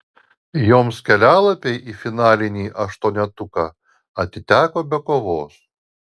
joms kelialapiai į finalinį aštuonetuką atiteko be kovos